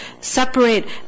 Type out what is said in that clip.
separate